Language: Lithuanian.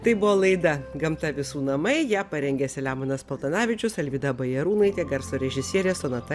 tai buvo laida gamta visų namai ją parengė selemonas paltanavičius alvyda bajarūnaitė garso režisierė sonata